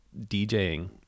DJing